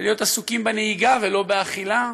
להיות עסוקים בנהיגה ולא באכילה,